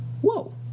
Whoa